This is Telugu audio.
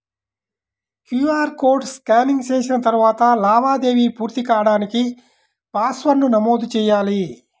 క్యూఆర్ కోడ్ స్కానింగ్ చేసిన తరువాత లావాదేవీ పూర్తి కాడానికి పాస్వర్డ్ను నమోదు చెయ్యాలి